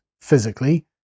physically